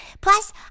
Plus